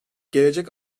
gelecek